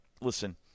listen